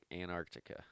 Antarctica